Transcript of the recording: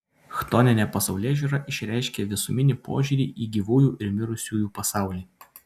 chtoninė pasaulėžiūra išreiškia visuminį požiūrį į gyvųjų ir mirusiųjų pasaulį